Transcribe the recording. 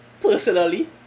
personally